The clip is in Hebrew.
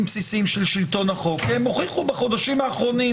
בסיסיים של שלטון החוק כי הם הוכיחו בחודשים האחרונים